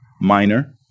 minor